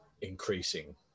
increasing